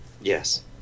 Yes